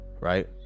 right